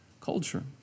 culture